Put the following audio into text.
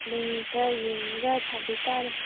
ꯑꯗꯨꯝ ꯈꯔ ꯌꯦꯡꯉꯒ ꯁꯥꯕꯤꯇꯥꯔꯦ